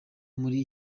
muri